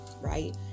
right